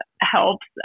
helps